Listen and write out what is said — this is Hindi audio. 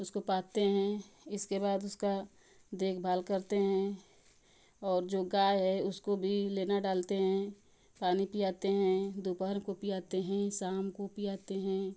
उसको पात्थे है इसके बाद उसका देखभाल करते हैं और जो गाय है उसको भी लेना डालते हैं पानी पियाते हैं दोपहर को पियाते हैं शाम को पियाते हैं